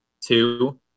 Two